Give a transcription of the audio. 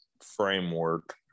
framework